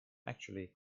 actually